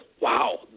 wow